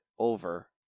over